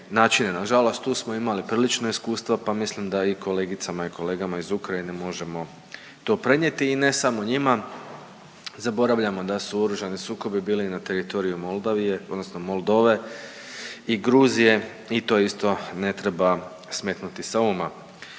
Na žalost, tu smo imali prilično iskustva pa mislim da i kolegicama i kolegama iz Ukrajine možemo to prenijeti i ne samo njima. Zaboravljamo da su oružani sukobi bili i na teritoriju Moldavije odnosno Moldove i Gruzije i to isto ne treba smetnuti sa uma.